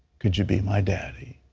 could you be my daddy?